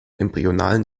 embryonalen